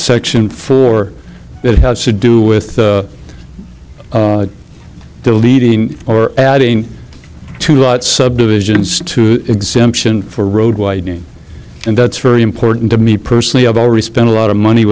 section for it how to do with they're leading or adding to it subdivisions to exemption for road widening and that's very important to me personally i've already spent a lot of money